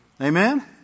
Amen